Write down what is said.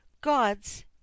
God's